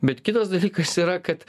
bet kitas dalykas yra kad